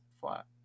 flat